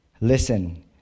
listen